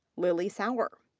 lily sauer.